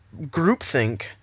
groupthink